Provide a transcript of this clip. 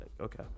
okay